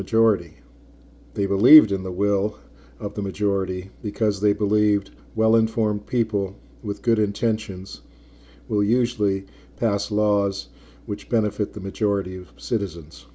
majority they believed in the will of the majority because they believed well informed people with good intentions will usually pass laws which benefit the majority of citizens